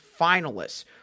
finalists